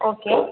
okay